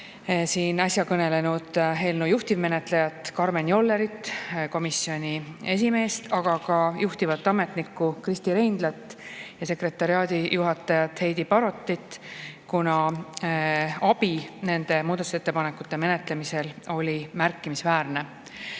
siin äsja kõnelenud eelnõu juhtivmenetlejat Karmen Jollerit, komisjoni esimeest, aga ka juhtivat ametnikku Kristi Reindlat ja sekretariaadijuhatajat Heidi Barotit, kuna [nende] abi muudatusettepanekute menetlemisel oli märkimisväärne. Ma